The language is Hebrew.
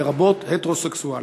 לרבות הטרוסקסואלים.